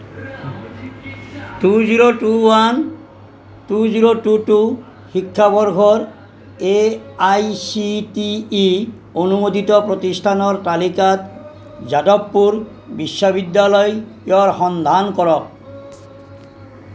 two zero two one two zero two two শিক্ষাবৰ্ষৰ A I C T E অনুমোদিত প্ৰতিষ্ঠানৰ তালিকাত জাদৱপুৰ বিশ্ববিদ্যালয়ৰ সন্ধান কৰক